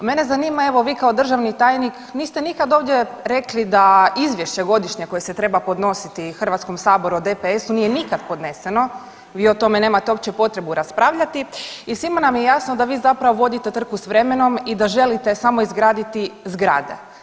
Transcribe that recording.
Mene zanima evo vi kao državni tajnik niste nikad ovdje rekli da izvješće godišnje koje se treba podnositi HS-u o DPS-u nije nikad podneseno, vi o tome nemate uopće potrebu raspravljati i svima nam je jasno da vi zapravo vodite trku s vremenom i da želite samo izgraditi zgrade.